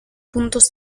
puntos